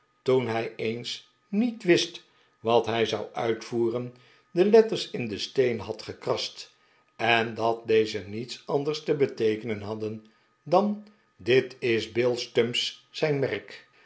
toen hij eens niet wist wat hij zou uitvoeren de letters in den steen had gekrast en dat deze niets anders te beteekenen hadden dan dit is bil stumps syn merk